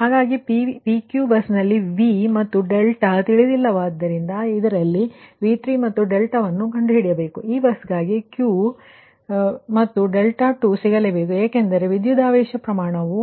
ಹಾಗಾಗಿ PQ bus ನಲ್ಲಿ V ಮತ್ತು 𝛅𝛅 ತಿಳಿದಿಲ್ಲವಾದ್ದರಿಂದ ಇದರಲ್ಲಿ V3 ಮತ್ತು 𝛅 ನ್ನು ಕಂಡುಹಿಡಿಯಬೇಕು ಮತ್ತು ಈ ಬಸ್ಗಾಗಿ Q ಮತ್ತು 𝛅2 ಸಿಗಲೇಬೇಕು ಏಕೆಂದರೆ ವಿದ್ಯುತ್ ಆವೇಶ ಪ್ರಮಾಣವು